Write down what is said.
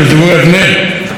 אלה הן ההמצאות שלו.